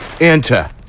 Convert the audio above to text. Enter